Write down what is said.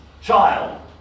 Child